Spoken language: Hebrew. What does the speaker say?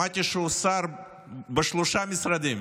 שמעתי שהוא שר בשלושה משרדים.